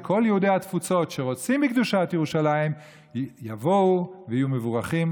וכל יהודי התפוצות שרוצים בקדושת ירושלים יבואו ויהיו מבורכים,